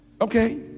Okay